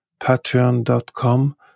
Patreon.com